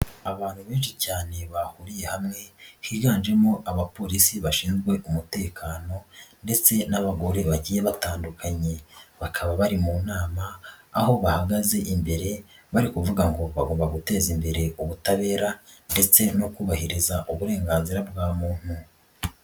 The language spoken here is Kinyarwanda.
Abantu benshi cyane bahuriye hamwe, higanjemo abapolisi bashinzwe umutekano ndetse n'abagore bagiye batandukanye, bakaba bari mu nama aho bahagaze imbere bari kuvuga ngo bagomba guteza imbere ubutabera ndetse no kubahiriza uburenganzira bwa muntu.